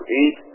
eat